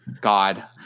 God